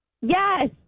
Yes